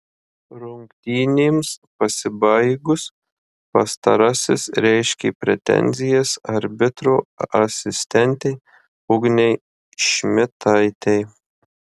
rungtynėms pasibaigus pastarasis reiškė pretenzijas arbitro asistentei ugnei šmitaitei